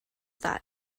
that